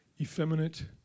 effeminate